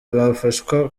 bafashwa